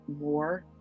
more